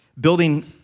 Building